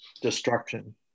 destruction